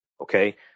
okay